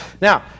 Now